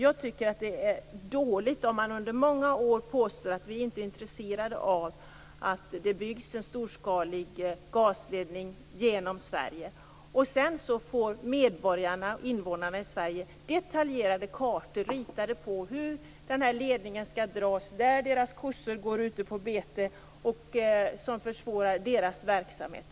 Jag tycker att det är dåligt om man under många år påstår att vi inte är intresserade av att det byggs en storskalig gasledning genom Sverige, och sedan får invånarna i Sverige kartor där det detaljerat har ritats in hur den här ledningen skall dras, där deras kossor går ute på bete och på sådant sätt som försvårar deras verksamhet.